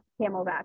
camelback